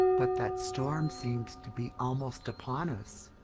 but that storm seems to be almost upon us!